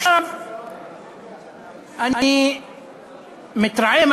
אני מתרעם,